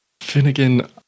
Finnegan